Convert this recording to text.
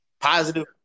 Positive